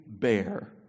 bear